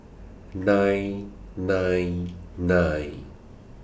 nine nine nine